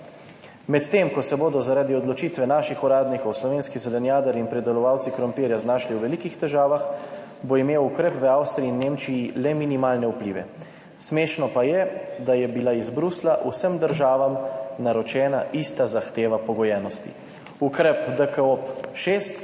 Medtem ko se bodo zaradi odločitve naših uradnikov slovenski zelenjadarji in pridelovalci krompirja znašli v velikih težavah, bo imel ukrep v Avstriji in Nemčiji le minimalne vplive. Smešno pa je, da je bila iz Bruslja vsem državam naročena ista zahteva pogojenosti. Ukrep DKOP,